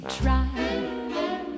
try